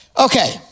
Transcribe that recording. okay